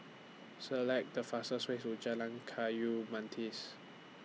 Select The fastest ways to Jalan Kayu